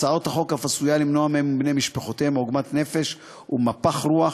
הצעת החוק אף עשויה למנוע מהם ומבני משפחותיהם עוגמת נפש ומפח נפש,